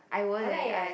I like eh